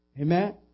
Amen